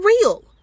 real